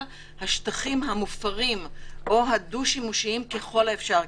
השטחים המופרים או הדו שימושיים ככל האפשר.